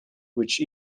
which